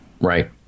Right